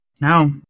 now